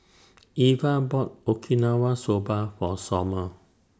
Iva bought Okinawa Soba For Somer